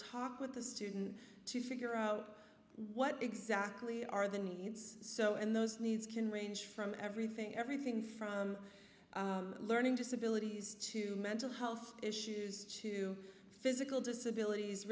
talk with the student to figure out what exactly are the needs so in those needs can range from everything everything from learning disabilities to mental health issues to physical disability